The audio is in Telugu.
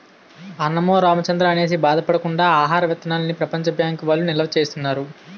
అన్నమో రామచంద్రా అనేసి బాధ పడకుండా ఆహార విత్తనాల్ని ప్రపంచ బ్యాంకు వౌళ్ళు నిలవా సేత్తన్నారు